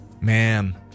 Man